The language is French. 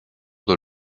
dans